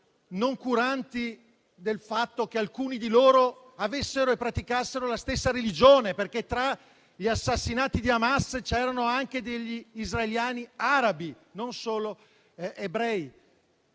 noncuranti del fatto che alcuni di loro praticassero la stessa religione, perché tra gli assassinati di Hamas c'erano anche degli israeliani arabi, non solo ebrei.